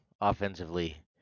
offensively